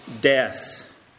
death